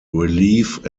relief